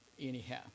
anyhow